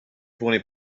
twenty